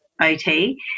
OT